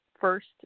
first